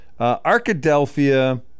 Arkadelphia